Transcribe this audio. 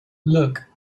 look